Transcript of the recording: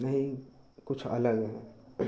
नहीं तो कुछ अलग